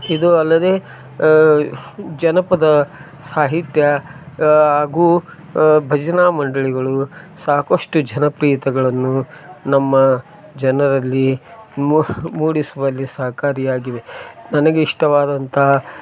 ಇದು ಅಲ್ಲದೆ ಜನಪದ ಸಾಹಿತ್ಯ ಆಗು ಭಜನಾ ಮಂಡಳಿಗಳು ಸಾಕಷ್ಟು ಜನಪ್ರಿಯತೆಗಳನ್ನು ನಮ್ಮ ಜನರಲ್ಲಿ ಮೂಡಿಸುವಲ್ಲಿ ಸಹಕಾರಿಯಾಗಿವೆ ನನಗೆ ಇಷ್ಟವಾದಂತ